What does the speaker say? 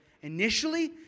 initially